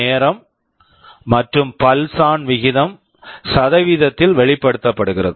நேரம் மற்றும் pulse pulse on ON விகிதம் சதவீதத்தில் வெளிப்படுத்தப்படுகிறது